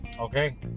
Okay